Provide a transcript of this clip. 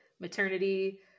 maternity